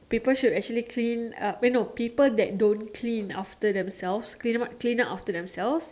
people should actually clean up eh no people that don't clean after themselves clean up after themselves